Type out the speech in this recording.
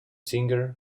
singer